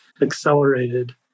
accelerated